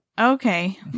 okay